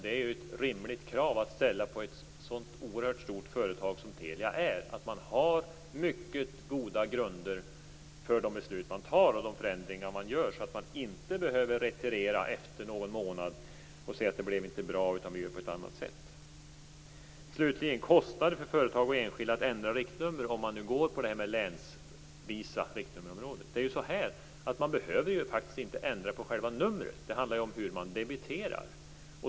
Det är ett rimligt krav att ställa på ett sådant oerhört stort företag som Telia att man har mycket goda grunder för de beslut man fattar och de förändringar man gör. Då behöver man inte retirera efter någon månad och säga: Det blev inte bra, vi gör på ett annat sätt. Slutligen kostar det för företag och enskilda att ändra riktnummer om man nu går på det här med länsvisa riktnummerområden. Men man behöver ju faktiskt inte ändra på själva numret. Det handlar om hur man debiterar.